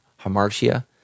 hamartia